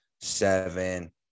seven